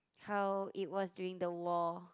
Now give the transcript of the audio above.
how it was during the war